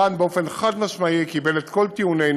כאן, באופן חד-משמעי, הוא קיבל את כל טיעונינו